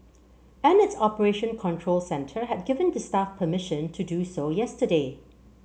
and its operation control centre had given the staff permission to do so yesterday